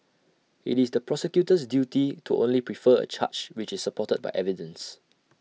IT is the prosecutor's duty to only prefer A charge which is supported by evidence